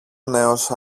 νέος